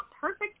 perfect